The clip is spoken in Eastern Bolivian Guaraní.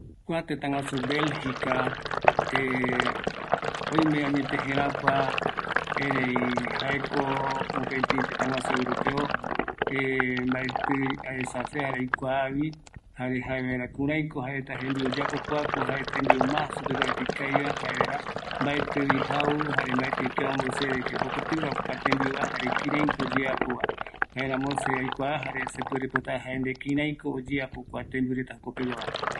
Kuareta, belgica, jukuraiñovi mbaeti aesa, aikua, jokotïgua tembiu, jaeramo jaepota kïraïko kua tëtäpegua tembiuva, jare aikuapota jae kuraïko jae reta oesauka, oyapo tembiuva, oïmeko aipo jaereta jembiu ikavigue yaikua, yaesa yave